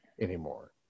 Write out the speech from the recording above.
anymore